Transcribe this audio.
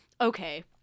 okay